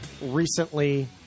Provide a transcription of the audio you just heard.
recently